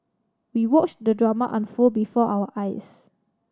we watched the drama unfold before our eyes